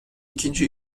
ikinci